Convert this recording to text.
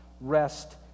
rest